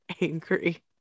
angry